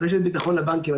רשת ביטחון לבנקים,